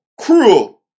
cruel